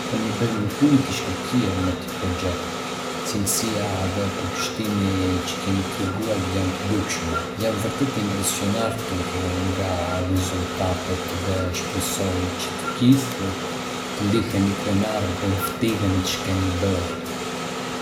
Keni bërë një punë të shkëlqyer në atë projekt... cilësia dhe përkushtimi që keni treguar janë të dukshme. Jam vërtet i impresionuar nga rezultatet dhe shpresoj që të gjithë të ndiheni krenarë për ftigën që keni bërë.